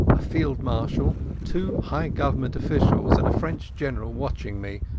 a field-marshal, two high government officials, and a french general watching me,